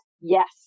Yes